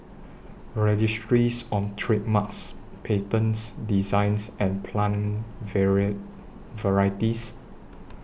Registries on Trademarks Patents Designs and Plant Varieties